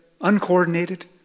uncoordinated